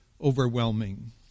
overwhelming